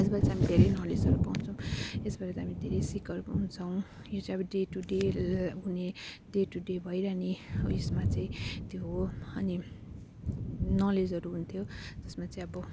यसमा चाहिँ हामी धेरै नलेजहरू पाउँछौँ यसबाट चाहिँ हामी धेरै सिकहरू पाउँछौँ यो चाहिँ अब डे टू डे हुने डे टू डे भइरहने उयसमा चाहिँ त्यो हो अनि नलेजहरू हुन्थ्यो यसमा चाहिँ अब